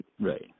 Right